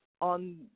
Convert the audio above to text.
on